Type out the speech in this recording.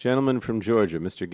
gentleman from georgia mr